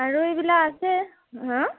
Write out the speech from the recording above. আৰু এইবিলাক আছে হাঁ